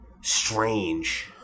strange